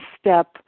step